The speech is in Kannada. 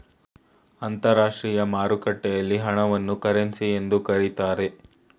ಅಂತರಾಷ್ಟ್ರೀಯ ಮಾರುಕಟ್ಟೆಯಲ್ಲಿ ಹಣವನ್ನು ಕರೆನ್ಸಿ ಎಂದು ಕರೀತಾರೆ